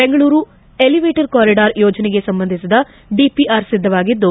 Bengaluru elevated corridor ಯೋಜನೆಗೆ ಸಂಬಂಧಿಸಿದ DPR ಸಿದ್ದವಾಗಿದ್ದು